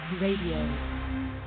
Radio